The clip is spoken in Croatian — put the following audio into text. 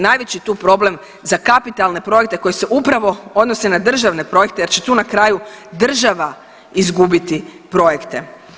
Najveći tu problem za kapitalne projekte koji se upravo odnose na državne projekte jer će tu na kraju država izgubiti projekte.